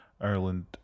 Ireland